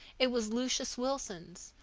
it was lucius wilson's,